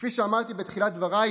כפי שאמרתי בתחילת דבריי,